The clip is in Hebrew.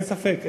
אין ספק.